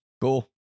Cool